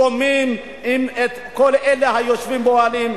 שומעים את כל אלה היושבים באוהלים.